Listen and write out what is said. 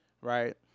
right